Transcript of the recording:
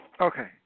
Okay